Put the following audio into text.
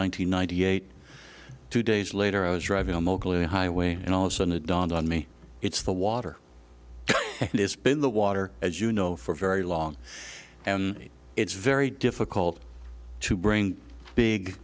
hundred ninety eight two days later i was driving highway and all of a sudden it dawned on me it's the water it's been the water as you know for very long and it's very difficult to bring big